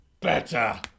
better